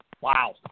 Wow